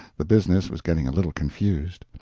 the business was getting a little confused.